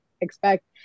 expect